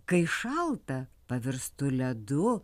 kai šalta pavirstų ledu